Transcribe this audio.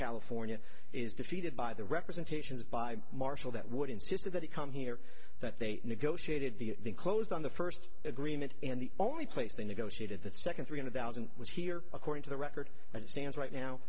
california is defeated by the representations by marshall that would insist that it come here that they negotiated the closed on the first agreement and the only place they negotiated that second three hundred thousand was here according to the record as it stands right now